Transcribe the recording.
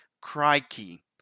crikey